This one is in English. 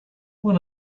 one